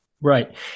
Right